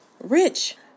rich